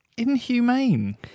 Inhumane